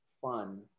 fun